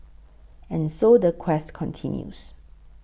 and so the quest continues